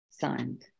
signed